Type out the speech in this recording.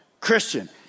Christian